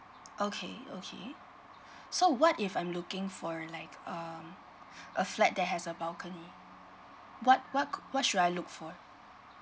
okay okay so what if I'm looking for like um a flat that has a balcony what what what should I look for